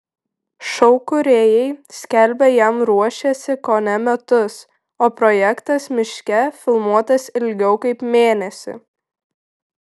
šou kūrėjai skelbia jam ruošęsi kone metus o projektas miške filmuotas ilgiau kaip mėnesį